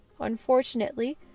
Unfortunately